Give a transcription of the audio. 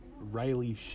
riley